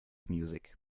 music